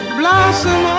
blossom